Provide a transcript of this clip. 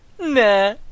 Nah